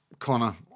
Connor